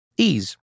Ease